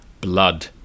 blood